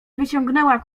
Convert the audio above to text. wyciągnęła